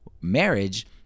marriage